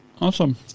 Awesome